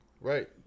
Right